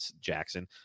jackson